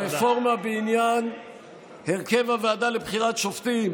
הרפורמה בעניין הרכב הוועדה לבחירת שופטים